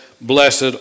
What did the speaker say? blessed